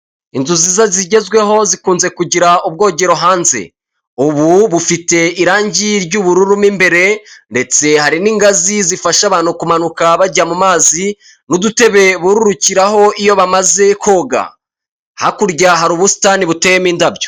Inzu nziza zigezweho zikunze kugira ubwogero hanze, ubu bufite irangi ry'ububuru mo imbere ndetse hari n'ingazi zifasha abantu kumanuka bajya mu mazi n'udutebe bururukiraho iyo bamaze koga, hakurya hari ubusitani buteyemo indabyo.